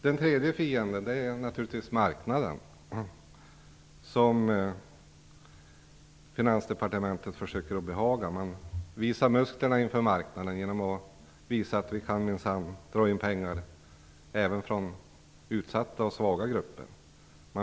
Den tredje fienden är naturligtvis marknaden, som Finansdepartementet försöker att behaga. Man visar musklerna för marknaden genom att visa att man minsann kan dra in pengar även från svaga och utsatta grupper.